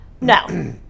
No